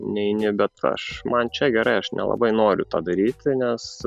neini bet aš man čia gerai aš nelabai noriu to daryti nes